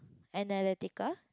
analytical